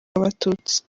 abatutsi